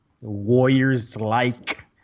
Warriors-like